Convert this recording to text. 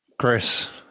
Chris